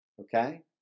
Okay